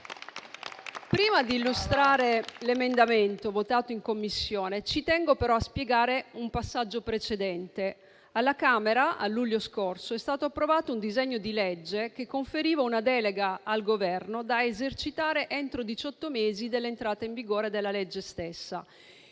Prima di illustrare l'emendamento votato in Commissione, ci tengo però a spiegare un passaggio precedente. Alla Camera, a luglio scorso, è stato approvato un disegno di legge che conferiva una delega al Governo da esercitare entro diciotto mesi dall'entrata in vigore della legge stessa.